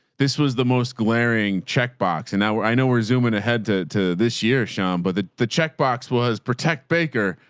this was the most glaring checkbox. and now we're, i know we're zooming ahead to to this year, sean, but the, the checkbox was protect baker.